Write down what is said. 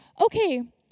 Okay